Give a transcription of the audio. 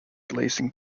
glazing